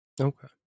Okay